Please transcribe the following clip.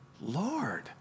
Lord